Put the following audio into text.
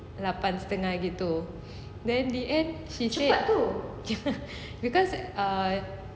lapan setengah begitu then the end she said because err